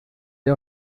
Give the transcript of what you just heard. der